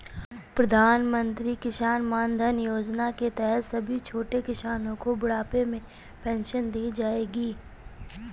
प्रधानमंत्री किसान मानधन योजना के तहत सभी छोटे किसानो को बुढ़ापे में पेंशन दी जाएगी